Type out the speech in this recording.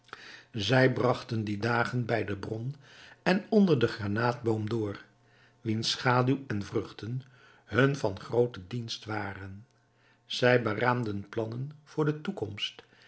zij bragten die dagen bij de bron en onder den granaatboom door wiens schaduw en vruchten hun van grooten dienst waren zij beraamden plannen voor de toekomst